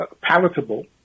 palatable